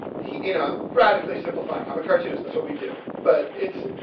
he, you know, i'm radically simplifying. i'm a cartoonist, that's what we do, but. it's,